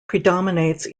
predominates